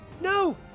no